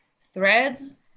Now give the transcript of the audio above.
threads